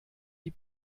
die